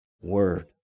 Word